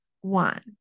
one